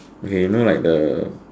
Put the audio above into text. okay you know like the